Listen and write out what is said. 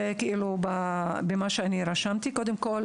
קודם כול,